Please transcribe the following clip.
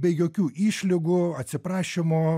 be jokių išlygų atsiprašymo